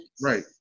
right